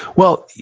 well,